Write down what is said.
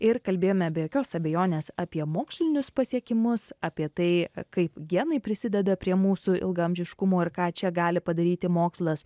ir kalbėjome be jokios abejonės apie mokslinius pasiekimus apie tai kaip genai prisideda prie mūsų ilgaamžiškumo ir ką čia gali padaryti mokslas